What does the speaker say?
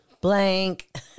blank